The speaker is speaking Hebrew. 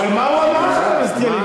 אבל מה אמר חבר הכנסת ילין?